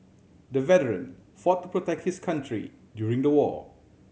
the veteran fought to protect his country during the war